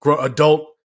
adult